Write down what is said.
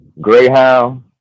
Greyhound